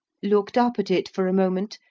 looked up at it for a moment,